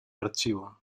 archivo